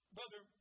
Brother